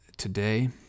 Today